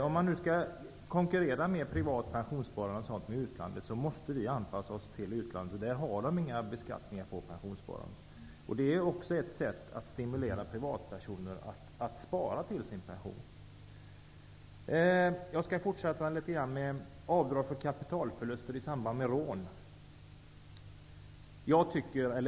Om vi skall konkurrera med utlandet när det gäller privat pensionssparande måste vi anpassa oss till utlandet. Där har de inga beskattningar på pensionssparande. Det är också ett sätt att stimulera privatpersoner att spara till sin pension. Låt mig fortsätta med avdrag för kapitalförluster i samband med rån.